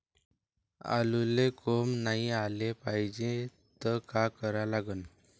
आलूले कोंब नाई याले पायजे त का करा लागन?